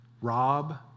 rob